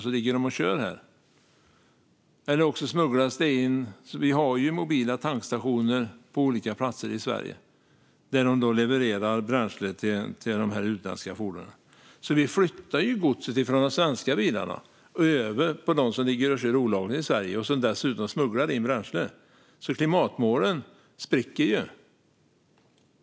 Så ligger de och kör här, eller så smugglas dieseln in. Vi har ju mobila tankstationer på olika platser i Sverige som levererar bränsle till de utländska fordonen. Vi flyttar alltså godset från de svenska bilarna till dem som ligger och kör olagligt i Sverige och som dessutom smugglar in bränsle. Klimatmålen spricker ju.